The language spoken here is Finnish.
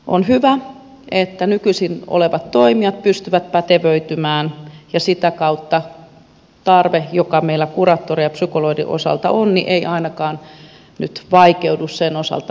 on hyvä että nykyisin olevat toimijat pystyvät pätevöitymään ja sitä kautta tarve joka meillä kuraattoreiden ja psykologien osalta on ei ainakaan nyt vaikeudu sen osalta